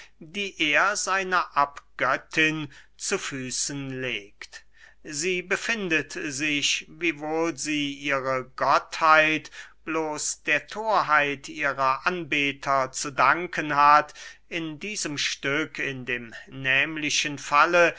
die er seiner abgöttin zu füßen legt sie befindet sich wiewohl sie ihre gottheit bloß der thorheit ihrer anbeter zu danken hat in diesem stück in dem nehmlichen falle